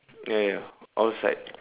ya ya all side